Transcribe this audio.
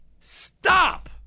stop